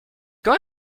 quand